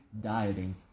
dieting